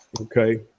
okay